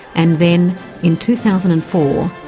and then in two thousand and four,